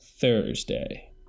thursday